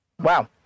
Wow